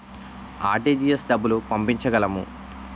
RTGS డబ్బులు పంపించగలము?